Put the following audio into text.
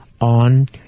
on